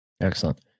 Excellent